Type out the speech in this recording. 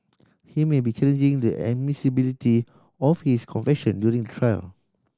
he may be challenging the admissibility of his confession during the trial